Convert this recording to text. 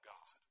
God